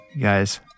guys